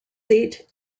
seat